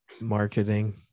marketing